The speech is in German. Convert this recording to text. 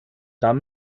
dann